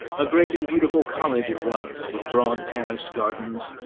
a great and beautiful college it was, with broad terraced gardens,